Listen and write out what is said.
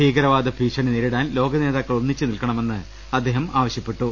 ഭീകരവാദ ഭീഷണി നേരിടാൻ ലോകനേ താക്കൾ ഒന്നിച്ച് നിൽക്കണമെന്ന് അദ്ദേഹം ആവശൃപ്പെട്ടു